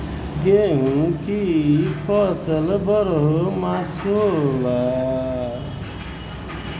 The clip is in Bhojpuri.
गेहूं की फसल बरहो मास होला